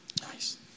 Nice